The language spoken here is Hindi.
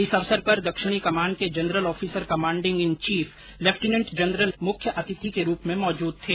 इस अवसर पर दक्षिणी कमान के general officer commanding in chief lieutenant general S K Saini मुख्य अतिथि के रूप में मौजूद थे